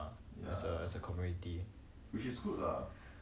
pros lor ya it's help so